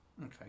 Okay